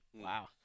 Wow